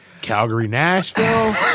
Calgary-Nashville